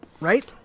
right